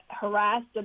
harassed